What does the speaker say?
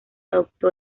adoptó